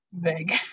big